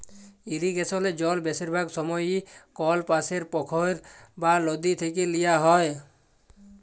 ইরিগেসলে জল বেশিরভাগ সময়ই কল পাশের পখ্ইর বা লদী থ্যাইকে লিয়া হ্যয়